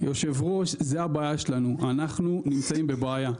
היושב שראש, זה הבעיה שלנו, אנחנו נמצאים בבעיה.